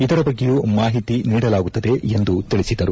ಇದರ ಬಗ್ಗೆಯೂ ಮಾಹಿತಿ ನೀಡಲಾಗುತ್ತದೆ ಎಂದು ತಿಳಿಸಿದರು